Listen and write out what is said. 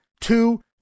two